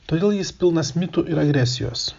todėl jis pilnas mitų ir agresijos